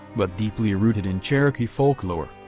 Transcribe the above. but deeply rooted in cherokee folklore.